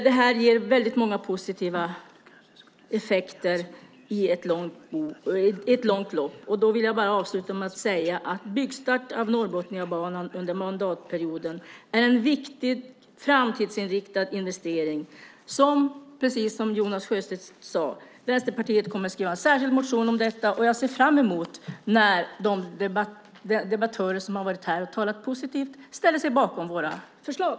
Det hela ger i det långa loppet väldigt många positiva effekter. Avslutningsvis: Byggstart av Norrbotniabanan under mandatperioden är en viktig framtidsinriktad investering. Precis som Jonas Sjöstedt sagt kommer Vänsterpartiet att skriva en särskild motion om detta. Jag ser fram emot att de debattörer som här uttalat sig positivt ställer sig bakom våra förslag.